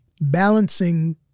balancing